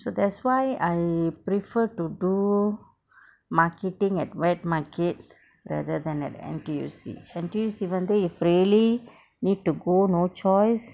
so that's why I prefer to do marketing at wet market rather than at N_T_U_C N_T_U_C one day if really need to go no choice